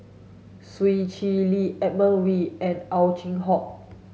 Swee Chee Lee Edmund Wee and Ow Chin Hock